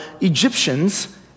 Egyptians